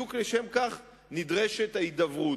בדיוק לשם כך נדרשת ההידברות.